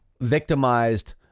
victimized